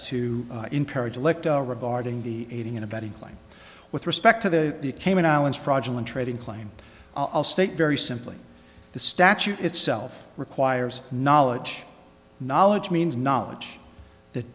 to encourage electoral regarding the aiding and abetting claim with respect to the cayman islands fraudulent trading claim i'll state very simply the statute itself requires knowledge knowledge means knowledge that